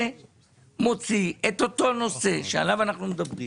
זה מוציא את אותו נושא שעליו אנחנו מדברים,